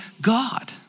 God